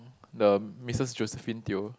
the Mrs Josephine-Teo